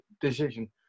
decision